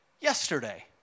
yesterday